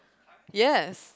yes